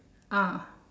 ah